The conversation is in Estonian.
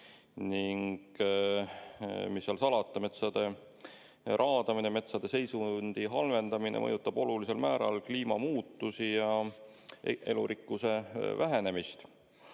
Mis seal salata, metsade raadamine, metsade seisundi halvenemine mõjutab olulisel määral kliimamuutust ja elurikkuse vähenemist.